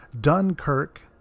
Dunkirk